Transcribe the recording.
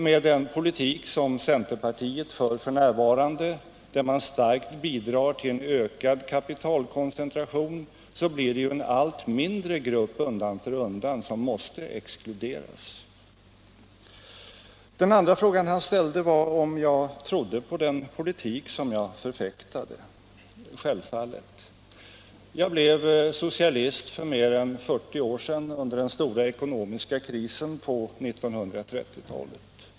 Med den politik som centerpartiet f. n. för, där man starkt bidrar till en ökad kapitalkoncentration, blir det en allt mindre grupp som undan för undan måste exkluderas. Den andra fråga som herr Kristiansson ställde var om jag trodde på den politik som jag förfäktade. Självfallet gör jag det. Jag blev socialist för mer än 40 år sedan under den stora ekonomiska krisen på 1930-talet.